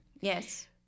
yes